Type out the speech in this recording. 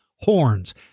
horns